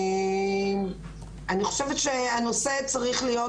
אני חושבת שהנושא צריך להיות